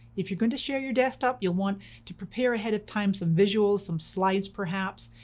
if you're going to share your desktop, you'll want to prepare ahead of time some visuals, some slides perhaps,